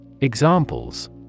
Examples